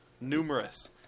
numerous